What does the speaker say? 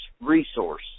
resource